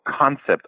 concept